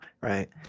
Right